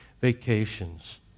vacations